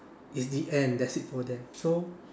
it's the end that's it for them so